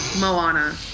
Moana